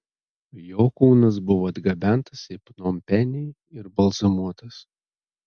jo kūnas buvo atgabentas į pnompenį ir balzamuotas